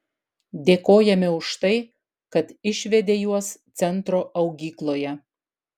dėkojame už tai kad išvedė juos centro augykloje